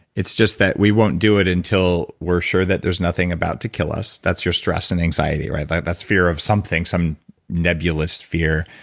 it's just that we won't do it until we're sure that there's nothing about to kill us that's your stress and anxiety. like that's fear of something, some nebulous fear.